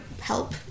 help